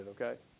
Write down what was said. okay